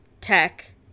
tech